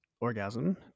orgasm